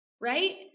right